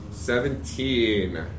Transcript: Seventeen